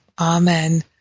Amen